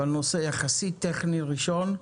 אבל נושא יחסית טכני ראשון,